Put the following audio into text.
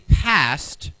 passed